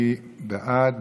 מי בעד?